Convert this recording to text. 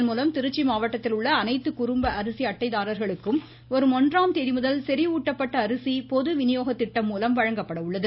இதன் மூலம் திருச்சி மாவட்டத்தில் உள்ள அனைத்து குடும்ப அரிசி அட்டைதாரர்களுக்கும் வரும் ஒன்றாம் தேதி முதல் செறிவூட்டப்பட்ட அரிசி பொதுவினியோகத்திட்டம் மூலம் வழங்கப்பட உள்ளது